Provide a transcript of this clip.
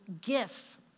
gifts